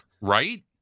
Right